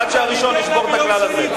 עד שהראשון ישבור את הכלל הזה.